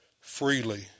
freely